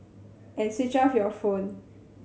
and switch off your phone